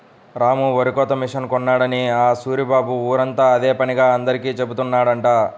రాము వరికోత మిషన్ కొన్నాడని ఆ సూరిబాబు ఊరంతా అదే పనిగా అందరికీ జెబుతున్నాడంట